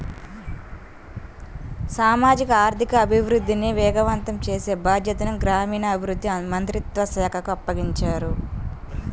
సామాజిక ఆర్థిక అభివృద్ధిని వేగవంతం చేసే బాధ్యతను గ్రామీణాభివృద్ధి మంత్రిత్వ శాఖకు అప్పగించారు